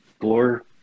floor